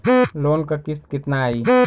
Loan क किस्त कितना आई?